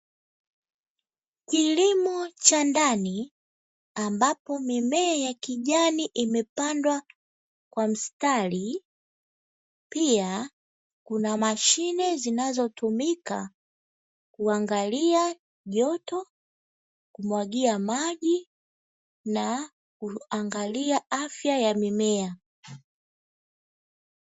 Kilimo cha ndani ambapo mimea ya kijani imepandwa kwa mstari. Pia, kuna mashine zinazotumika kuangalia joto, kumwagia maji na kuangalia afya ya mimea.